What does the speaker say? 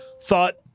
thought